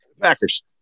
Packers